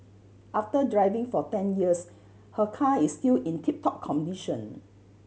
after driving for ten years her car is still in tip top condition